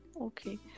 Okay